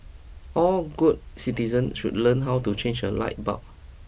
all good citizen should learn how to change a light bulb